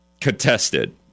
contested